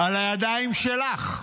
על הידיים שלך,